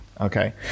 Okay